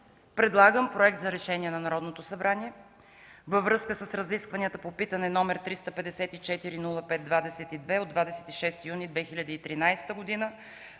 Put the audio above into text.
предлагам: „Проект РЕШЕНИЕ на Народното събрание във връзка с разискванията по питане № 354-05-22 от 26 юни 2013 г.